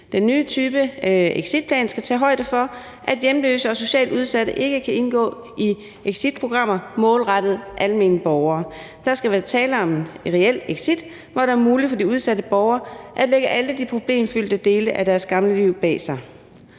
Den nye type exitplan skal tage højde for, at hjemløse og socialt udsatte ikke kan indgå i exitprogrammer målrettet almene borgere. Der skal være tale om et reelt exit, hvor det er muligt for den udsatte borger at lægge alle de problemfyldte dele af sit gamle liv bag sig.